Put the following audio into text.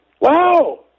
Wow